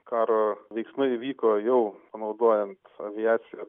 karo veiksmai vyko jau panaudojant aviaciją